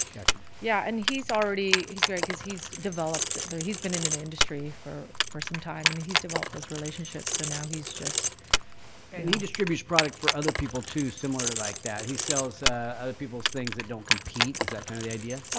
gotcha. yeah. and he's already he's great because he's developed there. he's been in an industry for for some time and he's developed those relationships so now he's just and he distributes product for other people too similar to like that he sells other people's things that don't compete. is that kind of the idea? oh,